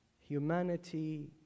humanity